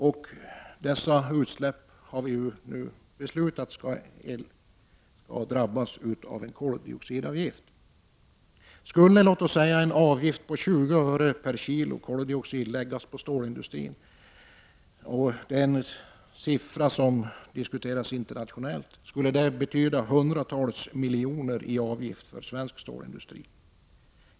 Nu har det ju beslutats att dessa utsläpp skall drabbas av en koldioxidavgift. Om en avgift på 20 öre per kilo koldioxid skulle läggas på stålindustrin — det är en siffra som diskuteras internationellt — skulle det innebära hundratals miljoner i avgifter för svensk stålindustri.